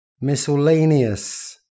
miscellaneous